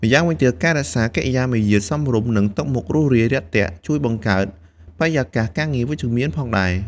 ម្យ៉ាងវិញទៀតការរក្សាកិរិយាមារយាទសមរម្យ និងទឹកមុខរួសរាយរាក់ទាក់ ជួយបង្កើតបរិយាកាសការងារវិជ្ជមានផងដែរ។